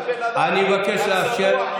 אני מבקש לאפשר, אתה מבין, הבן אדם צבוע.